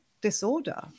disorder